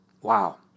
Wow